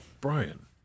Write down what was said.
Brian